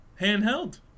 handheld